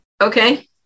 Okay